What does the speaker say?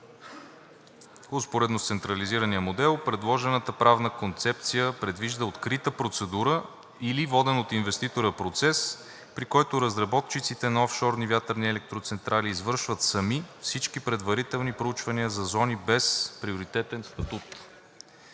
Успоредно с централизирания модел предложената правна концепция предвижда открита процедура или воден от инвеститора процес, при който разработчиците на офшорни вятърни електроцентрали извършват сами всички предварителни проучвания за зони без приоритетен статут.